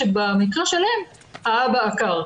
שבמקרה שלהם האבא עקר,